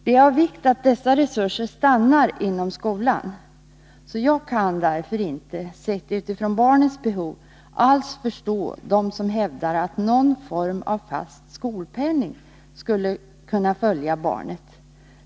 Det är av vikt att dessa resurser stannar inom skolan. Jag kan därför, sett utifrån barnens behov, inte alls förstå dem som hävdar att någon form av fast skolpenning skulle kunna följa barnet.